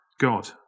God